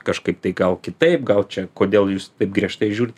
kažkaip tai gal kitaip gal čia kodėl jūs taip griežtai žiūrit